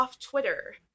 Twitter